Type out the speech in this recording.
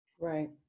Right